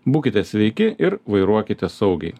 būkite sveiki ir vairuokite saugiai